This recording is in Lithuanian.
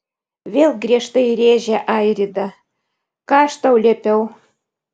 vėl griežtai rėžė airida ką aš tau liepiau